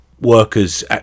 workers